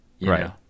right